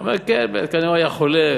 אמר: כן, כנראה הוא היה חולה,